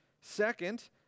Second